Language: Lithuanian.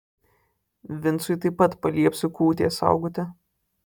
vincui taip pat paliepsiu kūtės saugoti